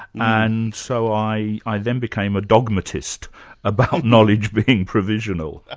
and so i i then became a dogmatist about knowledge being provisional.